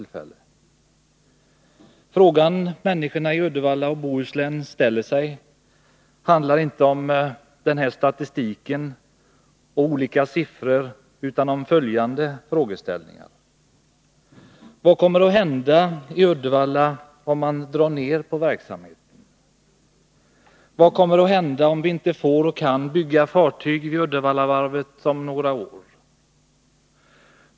De frågor som människorna i Uddevalla och Bohuslän ställer gäller dock inte statistik och olika siffror, utan de är: Vad kommer att hända i Uddevalla om man drar ner på verksamheten? Vad kommer att hända om vi inte får och kan bygga fartyg vid Uddevallavarvet om några år?